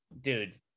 dude